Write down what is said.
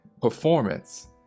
performance